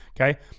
okay